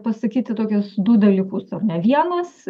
pasakyti tokius du dalykus ar ne vienas